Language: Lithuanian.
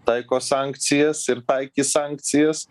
taiko sankcijas ir taikys sankcijas